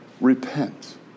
Repent